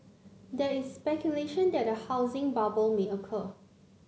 there is speculation that a housing bubble may occur